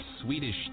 Swedish